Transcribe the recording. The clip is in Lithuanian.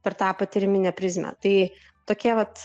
per tą patyriminę prizmę tai tokie vat